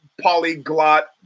polyglot